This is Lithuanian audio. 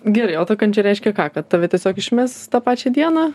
gerai o ta kančia reiškia kad tave tiesiog išmes tą pačią dieną